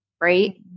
Right